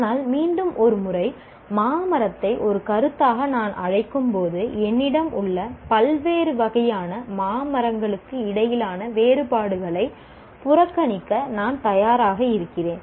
ஆனால் மீண்டும் ஒரு முறை மா மரத்தை ஒரு கருத்தாக நான் அழைக்கும்போது என்னிடம் உள்ள பல்வேறு வகையான மா மரங்களுக்கு இடையிலான வேறுபாடுகளை புறக்கணிக்க நான் தயாராக இருக்கிறேன்